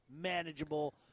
manageable